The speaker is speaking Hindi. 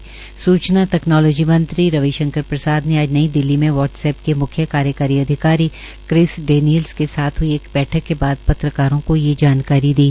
दूर तकनोलोजी मंत्री रविशंकर प्रसाद ने आज नई दिल्ली मे वाट्सऐप के मुख्य कार्यकारी क्रिस डेनियलस के साथ हई बैठक के बाद पत्रकारों को ये जानकारी दी